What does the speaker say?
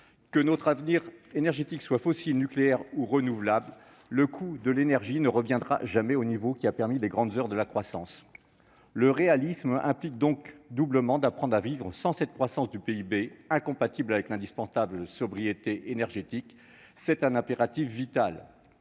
que notre avenir énergétique soit fossile, nucléaire ou renouvelable, le coût de l'énergie ne reviendra jamais au niveau ayant favorisé les grandes heures de la croissance. Le réalisme implique d'apprendre à vivre sans cette croissance du PIB, incompatible avec l'indispensable sobriété énergétique. Il s'agit d'un impératif vital.